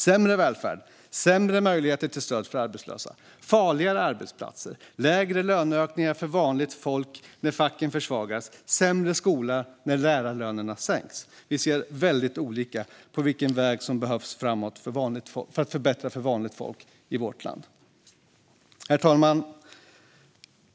Sämre välfärd, sämre möjligheter till stöd för arbetslösa, farligare arbetsplatser, lägre löneökningar för vanligt folk när facken försvagas, sämre skola när lärarlönerna sänks - vi ser väldigt olika på vilken väg som behövs framåt för att förbättra för vanligt folk i vårt land. Herr talman!